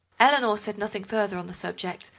eleanor said nothing further on the subject,